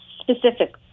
specific